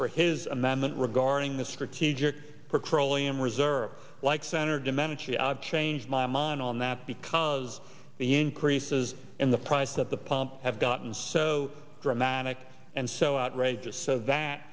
for his amendment regarding the strategic petroleum reserve like senator domenici i've trained my mind on that because the increases in the price at the pump have gotten so dramatic and so outrageous that